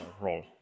role